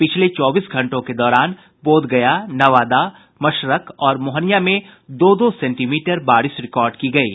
पिछले चौबीस घंटों के दौरान बोधगया नवादा मशरख और मोहनियां में दो दो सेंटीमीटर बारिश रिकार्ड की गयी